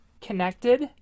connected